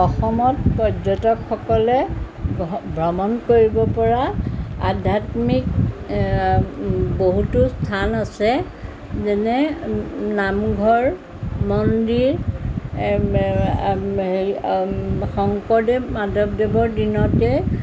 অসমত পৰ্যটকসকলে ভ ভ্ৰমণ কৰিব পৰা আধ্যাত্মিক বহুতো স্থান আছে যেনে নামঘৰ মন্দিৰ হেৰি শংকৰদেৱ মাধৱদেৱৰ দিনতে